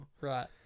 right